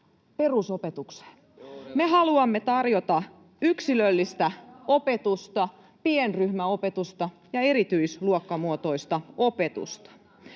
perusopetukseen. Me haluamme tarjota yksilöllistä opetusta, pienryhmäopetusta ja erityisluokkamuotoista opetusta.